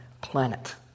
planet